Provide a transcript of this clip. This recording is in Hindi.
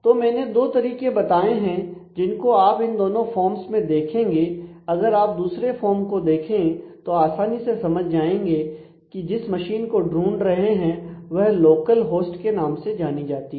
तो मैंने 2 तरीके बताए हैं जिनको आप इन दोनों फॉर्म्स में देखेंगे अगर आप दूसरे फोर्म को देखें तो आसानी से समझ जाएंगे जिस मशीन को ढूंढ रहे हैं वह लोकलहोस्ट के नाम से जानी जाती है